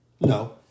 No